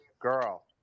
girl